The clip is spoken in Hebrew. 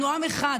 אנחנו עם אחד.